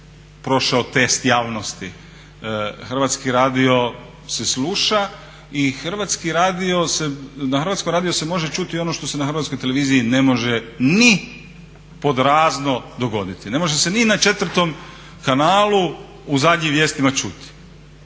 prošao test javnosti, Hrvatski radio se sluša i na Hrvatskom radiju se može čuti ono što se na Hrvatskoj televiziji ne može ni pod razno dogoditi. Ne može se ni na četvrtom kanalu u zadnjim vijestima čuti,